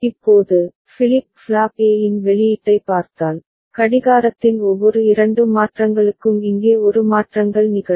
இப்போது flip flop A இன் வெளியீட்டைப் பார்த்தால் கடிகாரத்தின் ஒவ்வொரு இரண்டு மாற்றங்களுக்கும் இங்கே ஒரு மாற்றங்கள் நிகழும்